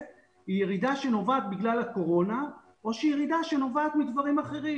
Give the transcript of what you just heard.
היא ירידה שנובעת בגלל הקורונה או שהיא ירידה שנובעת מדברים אחרים.